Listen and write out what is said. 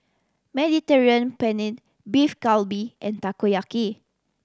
Mediterranean Penne Beef Galbi and Takoyaki